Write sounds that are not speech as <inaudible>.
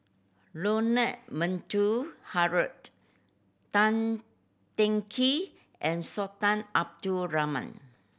Leonard <unintelligible> Harrod Tan Teng Kee and Sultan Abdul Rahman